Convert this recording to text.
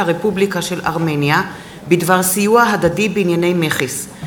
הרפובליקה של ארמניה בדבר סיוע הדדי בענייני מכס,